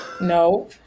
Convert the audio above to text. no